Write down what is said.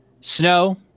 snow